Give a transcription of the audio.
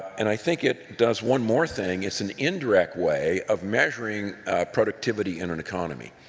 and i think it does one more thing. it's an indirect way of measuring productivity in an economy.